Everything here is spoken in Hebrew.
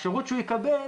השירות שהוא יקבל